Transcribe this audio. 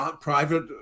private